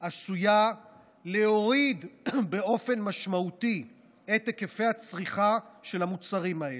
עשויה להוריד באופן משמעותי את היקפי הצריכה של המוצרים האלה.